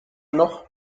noch